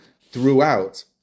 throughout